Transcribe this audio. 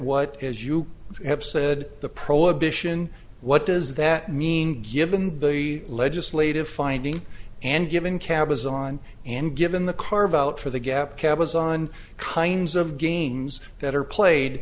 what is as you have said the prohibition what does that mean given the legislative finding and given cabazon and given the carve out for the gap cabazon kinds of games that are played